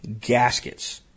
gaskets